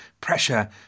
pressure